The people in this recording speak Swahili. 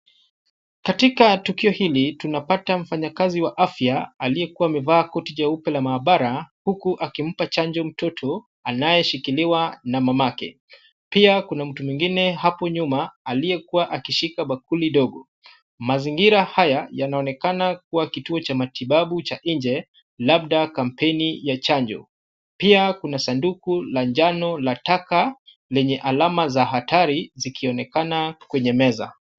Katika tukio hili, tunapata mfanyakazi wa afya aliyekuwa amevaa koti jeupe la maabara huku akimpa chanjo mtoto anayeshikiliwa na mamake. Pia kuna mtu mwingine hapo nyuma aliyekuwa akishika bakuli dogo. Mazingira haya yanaonekana kuwa kituo cha matibabu cha nje, labda kampeni ya chanjo. Pia kuna sanduku la njano la taka lenye alama za hatari zikionekana kwenye meza.